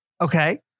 Okay